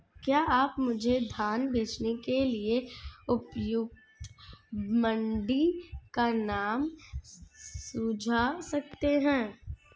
क्या आप मुझे धान बेचने के लिए उपयुक्त मंडी का नाम सूझा सकते हैं?